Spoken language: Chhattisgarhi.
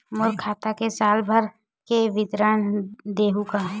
मोर खाता के साल भर के विवरण देहू का?